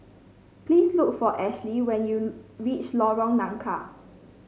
please look for Ashlie when you reach Lorong Nangka